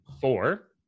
Four